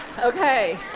Okay